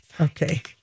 okay